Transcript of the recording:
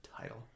title